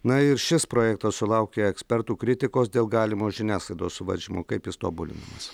na ir šis projektas sulaukė ekspertų kritikos dėl galimo žiniasklaidos suvaržymų kaip jis tobulinamas